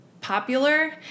popular